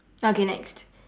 okay next